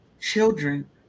children